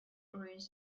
ruins